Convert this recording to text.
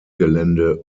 gelände